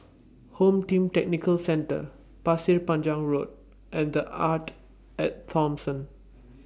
Home Team Tactical Centre Pasir Panjang Road and The Arte At Thomson